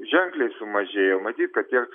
ženkliai sumažėjo matyt kad tiek